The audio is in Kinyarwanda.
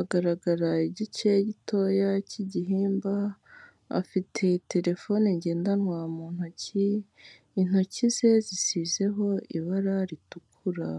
agaragara igice gitoya cy'igihimba afite terefone ngendanwa mu ntoki, intoki ze zisizeho ibara ritukura.